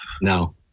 No